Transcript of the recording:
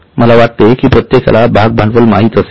मला वाटतेकि प्रत्येकाला भाग भांडवल माहित असेल